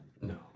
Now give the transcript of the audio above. No